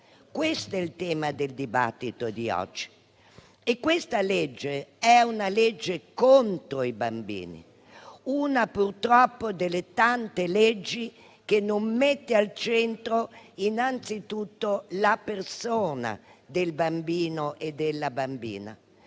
Questo è il tema del dibattito di oggi. Il disegno di legge in esame è una legge contro i bambini, purtroppo una delle tante che non mettono al centro innanzitutto la persona del bambino e della bambina.